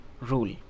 rule